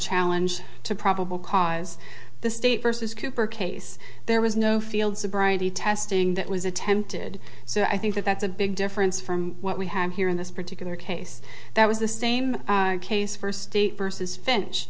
challenge to probable cause the state versus cooper case there was no field sobriety test ing that was attempted so i think that that's a big difference from what we have here in this particular case that was the same case for state versus fin